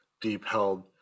deep-held